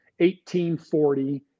1840